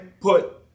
put